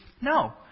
No